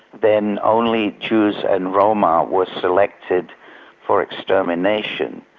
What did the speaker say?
then only jews and roma were selected for extermination.